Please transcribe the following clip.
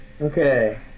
Okay